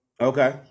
Okay